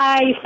Hi